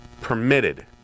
permitted